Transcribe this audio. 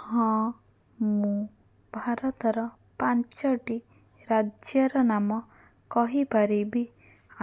ହଁ ମୁଁ ଭାରତର ପାଞ୍ଚଟି ରାଜ୍ୟର ନାମ କହିପାରିବି